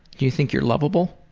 do you think you're lovable?